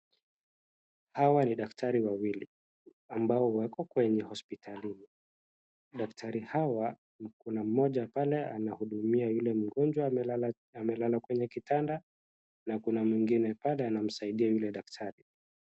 Hawa ni daktari wawili ambao wako kwenye hospitalini. Daktari hawa kuna mmoja pale anahudumia yule mgonjwa amelala kwenye kitanda na kuna mwingine pale anamsaidia yule daktari.